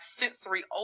sensory